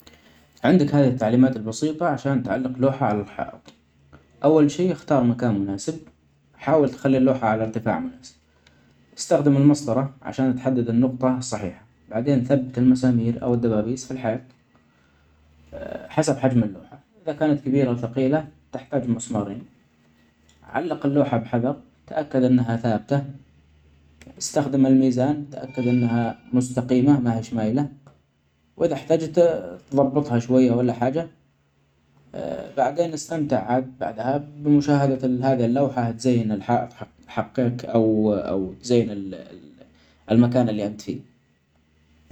عندك هذه التعليمات البسيطه عشان تعلج لوحة علي الحائط أول شئ أختار مكان مناسب ، حاول تخلي اللوحه علي أرتفاع مناسب أستخدم المسطره عشان تحدد النقطة الصحيحه بعدين ثبت المسامير أو الدبابيس في الحائط حسب حجم اللوحة إذا كانت كبيرة وثقيلة تحتاج مسمارين علق اللوحة بحذر تأكد أنها ثابتة أستخدم الميزان تأكد أنها مستقيمة مهياش مايلة وإذا أحتجت ظبطها شوية ولا حاجة ،بعدين أستمتع بعدها بمشاهدة هذه اللوحة تزين الحائط حج-حجك أو أو تزين ال-المكان اللي أنت فيه.